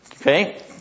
Okay